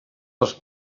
dels